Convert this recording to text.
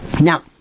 Now